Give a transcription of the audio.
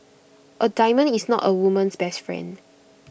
A diamond is not A woman's best friend